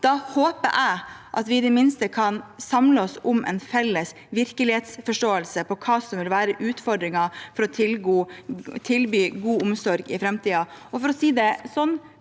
Da håper jeg at vi i det minste kan samle oss om en felles virkelighetsforståelse av hva som vil være utfordringene for å tilby god omsorg i framtiden.